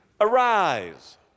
Arise